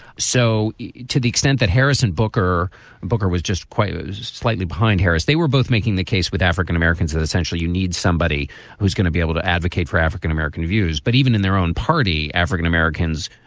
so to the extent that harrison booker booker was just quite slightly behind harris, they were both making the case with african-americans that essentially you need somebody who's gonna be able to advocate for african-american views. but even in their own party, african-americans